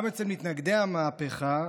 גם אצל מתנגדי המהפכה,